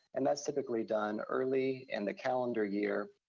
and that's typically done early in the calendar year.